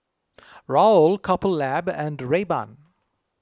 Raoul Couple Lab and Rayban